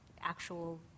actual